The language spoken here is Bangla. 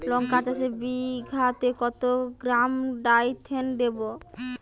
লঙ্কা চাষে বিঘাতে কত গ্রাম ডাইথেন দেবো?